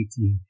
18